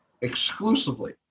exclusively